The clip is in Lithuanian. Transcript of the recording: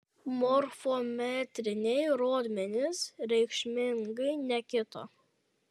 morfometriniai rodmenys reikšmingai nekito